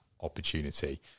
opportunity